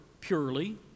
purely